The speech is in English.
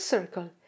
Circle